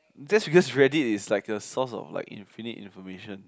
just because Reddit is like a source of like infinite information